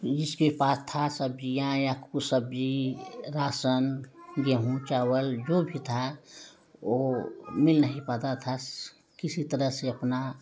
जिसके पास था सब्ज़ियाँ या कुछ सब्ज़ी राशन गेहूँ चावल जो भी था वह मिल नहीं पाता था किसी तरह से अपना